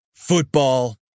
Football